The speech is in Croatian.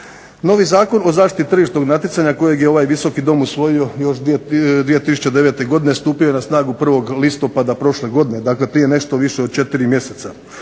Novi Zakon o zaštiti tržišnog natjecanja kojeg je ovaj Visoki dom usvojio još 2009. godine stupio je na snagu 1. listopada prošle godine. Dakle, prije nešto više od 4 mjeseca.